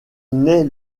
naît